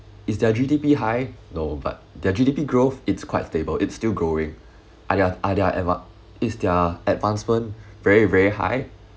is their G_D_P high no but their G_D_P growth it's quite stable it's still growing are their are their adva~ is their advancement very very high